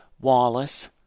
Wallace